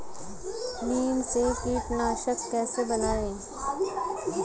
नीम से कीटनाशक कैसे बनाएं?